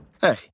Hey